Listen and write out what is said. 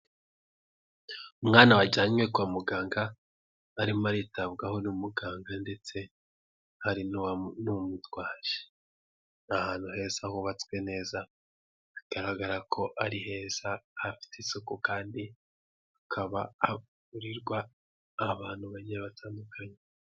Umwana wajyanywe kwa muganga arimo aritabwaho n'umuganga ndetse hari n'uwamutwaje, ni ahantu heza hubatswe neza hagaragara ko ari heza hafite isuku kandi hakaba havurirwa abantu bagiye batandukanye.